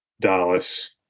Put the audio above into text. Dallas